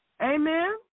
Amen